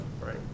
right